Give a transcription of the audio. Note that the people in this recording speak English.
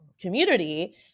community